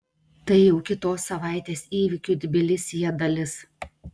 tai jau kitos savaitės įvykių tbilisyje dalis